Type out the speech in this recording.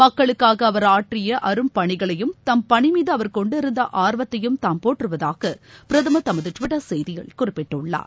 மக்களுக்காக அவர் ஆற்றிய அரும் பணிகளையும் தம் பணி மீது அவர் கொண்டிருந்த ஆர்வத்தையும் தாம் போற்றுவதாக பிரதமர் தமது டுவிட்டர் செய்தியில் குறிப்பிட்டுள்ளார்